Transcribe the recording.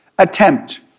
attempt